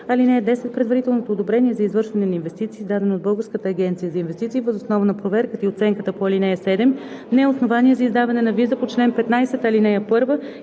(10) Предварителното одобрение за извършване на инвестиции, издадено от Българската агенция за инвестиции въз основа на проверката и оценката по ал. 7, не е основание за издаване на виза по чл. 15, ал. 1